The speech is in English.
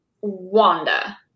wanda